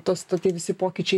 tos to tie visi pokyčiai